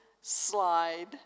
slide